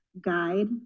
guide